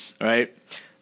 Right